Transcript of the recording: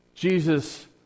Jesus